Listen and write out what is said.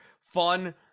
fun